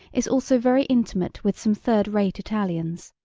is also very intimate with some third-rate italians,